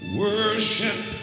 worship